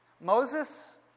Moses